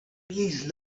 please